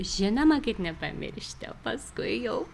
žinoma kaip nepamiršti o paskui jau